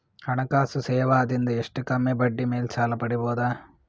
ಹಣಕಾಸು ಸೇವಾ ದಿಂದ ಎಷ್ಟ ಕಮ್ಮಿಬಡ್ಡಿ ಮೇಲ್ ಸಾಲ ಪಡಿಬೋದ?